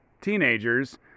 teenagers